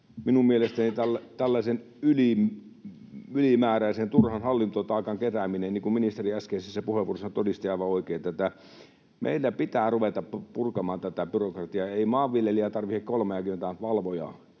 minun mielestäni tällaisen ylimääräisen, turhan hallintotaakan keräämistä ja byrokratiaa, niin kuin ministeri äskeisessä puheenvuorossaan todisti aivan oikein, meidän pitää ruveta purkamaan. Ei maanviljelijä tarvitse 30:tä valvojaa.